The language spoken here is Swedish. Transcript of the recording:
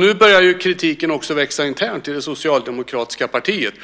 Nu börjar ju kritiken också växa internt inom det socialdemokratiska partiet.